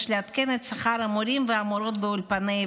יש לעדכן את שכר המורות והמורים לעברית באולפן.